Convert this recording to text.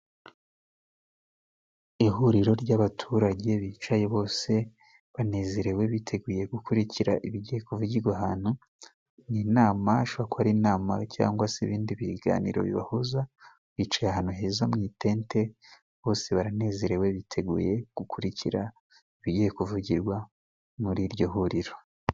Ihuriro ry'abaturage bicaye bose banezerewe. Biteguye gukurikira ibigiye kuvugirwa ahantu, ni inama, ishobora kuba ari inama, cyangwa se ibindi biganiro bibahuza. Bicaye ahantu heza mu matente, bose baranezerewe biteguye gukurikira ibigiye kuvugirwa muri iryo huriro.